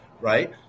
right